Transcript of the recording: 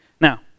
Now